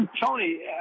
Tony